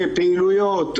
פעילויות,